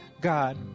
God